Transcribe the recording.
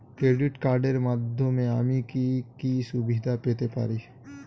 Credit কার্ডের মাধ্যমে আমি কি কি সুবিধা পেতে পারি?